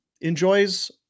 enjoys